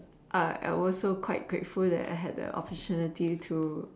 I also quite grateful that I had the opportunity to